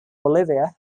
bolivia